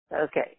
Okay